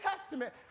Testament